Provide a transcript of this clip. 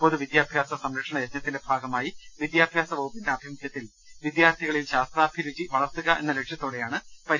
പൊതുവിദ്യാഭ്യാസ സംരക്ഷണ യജ്ഞത്തിന്റെ ഭാഗമായി വിദ്യാഭ്യാസ വകുപ്പിന്റെ ആഭിമുഖ്യത്തിൽ വിദ്യാർഥികളിൽ ശാസ്ത്രാഭിരുചി വളർത്തുക എന്ന് ലക്ഷ്യത്തോടെയാണ് പരിപാടി സംഘടിപ്പിക്കുന്നത്